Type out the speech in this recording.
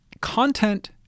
Content